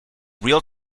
real